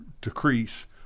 decrease